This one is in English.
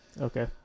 okay